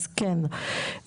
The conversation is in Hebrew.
אז כן.